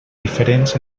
diferents